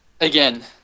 Again